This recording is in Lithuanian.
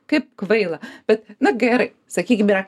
kaip kvaila bet na gerai sakykim yra